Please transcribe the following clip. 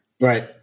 Right